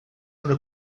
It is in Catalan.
una